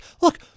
look